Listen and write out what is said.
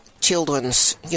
children's